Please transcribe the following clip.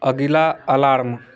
अगिला अलार्म